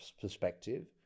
perspective